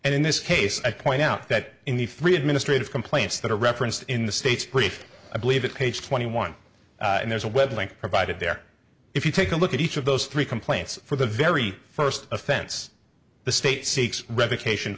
and in this case i point out that in the three administrative complaints that are referenced in the state's brief i believe it page twenty one and there's a web link provided there if you take a look at each of those three complaints for the very first offense the state seeks revocation